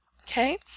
okay